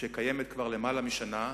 שקיימת כבר למעלה משנה,